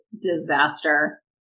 disaster